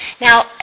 Now